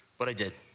but i did